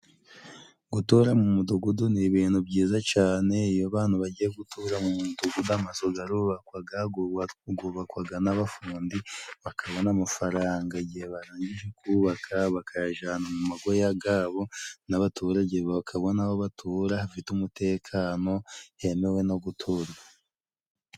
Gutura mu mudugudu ni ibintu byiza cane, iyo abantu bagiye gutura mu mudugudu, amazu garubakwaga, gwubakwaga n'abafundi, bakabona amafaranga, igihe barangije kubaka, bakayajana mu mago ya gabo, n'abaturage bakabona aho batura hafite umutekano, hemewe no guturwa.